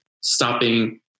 stopping